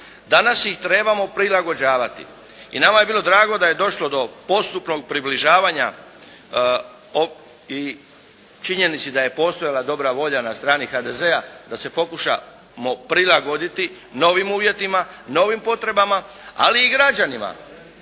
Danas ih trebamo prilagođavati. I nama je bilo drago da je došlo do postupnog približavanja i činjenici da je postojala dobra volja na strani HDZ-a da se pokušamo prilagoditi novim uvjetima, novim potrebama, ali i građanima.